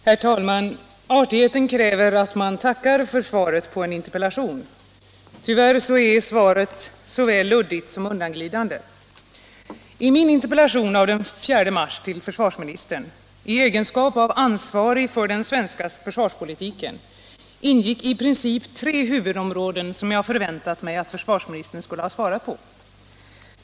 Herr talman! Artigheten kräver att man tackar för svaret på en interpellation. Tyvärr är svaret såväl luddigt som undanglidande. I min interpellation av den 4 mars till försvarsministern — i egenskap av ansvarig för den svenska försvarspolitiken — ingick i princip tre huvudfrågor, som jag förväntat mig att försvarsministern skulle ha svarat på.